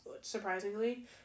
surprisingly